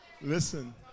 Listen